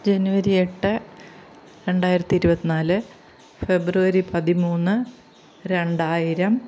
ജനുവരി എട്ട് രണ്ടായിരത്തി ഇരുപത്ത് നാല് ഫെബ്രുവരി പതിമൂന്ന് രണ്ടായിരം